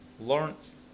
Lawrence